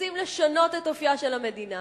רוצים לשנות את אופיה של המדינה,